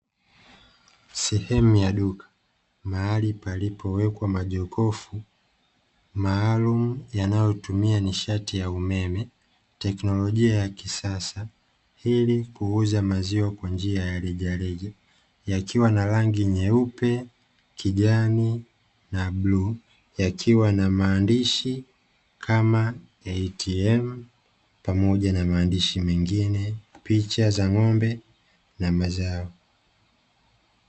Sehemu ya duka mahali palipo wekwa majokofu maalumu yanayotumia nishati ya umeme, teknolojia ya kisasa ilikuuza maziwa kwa njia ya rejareja yakiwa na rangi nyeupe, kijani na bluu yakiwa na maandishi kama "ATM" pamoja na maandishi mengine na picha za ng'ombe na mazao.